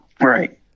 Right